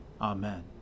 Amen